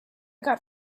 got